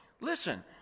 Listen